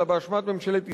אלא באשמת ממשלת ישראל.